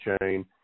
chain